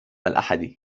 الأحد